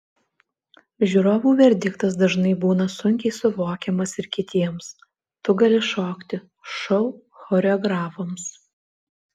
žiūrovų verdiktas dažnai būna sunkiai suvokiamas ir kitiems tu gali šokti šou choreografams